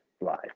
live